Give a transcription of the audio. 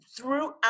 Throughout